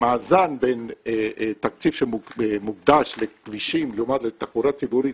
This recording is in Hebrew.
המאזן בין תקציב שמוקדש לכבישים לעומת תחבורה ציבורית,